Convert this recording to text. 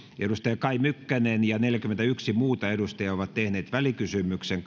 edustaja kai mykkänen ja neljäkymmentäyksi muuta edustajaa ovat tehneet välikysymyksen